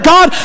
God